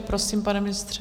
Prosím, pane ministře.